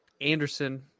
Anderson